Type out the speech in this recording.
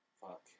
Fuck